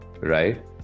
right